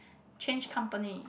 change company